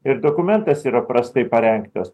ir dokumentas yra prastai parengtas